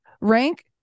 rank